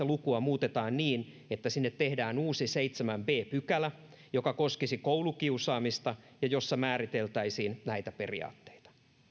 lukua muutetaan niin että sinne tehdään uusi seitsemäs b pykälä joka koskisi koulukiusaamista ja jossa määriteltäisiin näitä periaatteita